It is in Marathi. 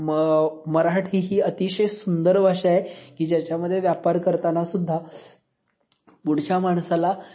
म मराठी ही अतिशय सुंदर भाषा आहे की ज्याच्यामध्ये व्यापार करतानासुद्धा पुढच्या माणसाला